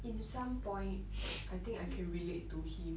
in some point I think I can relate to him